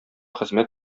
хезмәт